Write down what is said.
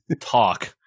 talk